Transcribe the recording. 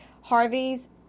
Harvey's